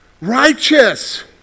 Righteous